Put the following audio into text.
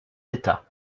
d’état